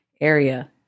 area